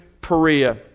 Perea